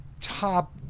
top